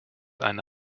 eine